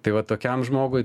tai va tokiam žmogui